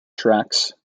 tracks